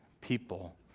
people